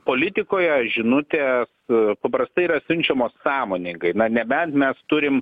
politikoje žinutės paprastai yra siunčiamos sąmoningai na nebent mes turim